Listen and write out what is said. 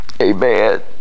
amen